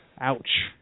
ouch